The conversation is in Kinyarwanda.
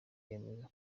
yemeza